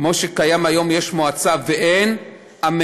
כמו שהיום יש מועצה ואין בה,